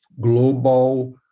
global